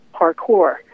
parkour